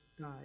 died